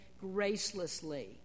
gracelessly